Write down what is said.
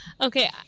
okay